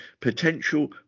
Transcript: potential